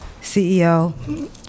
CEO